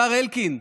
השר אלקין,